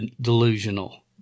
delusional